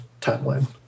timeline